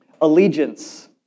Allegiance